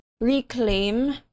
reclaim